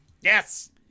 yes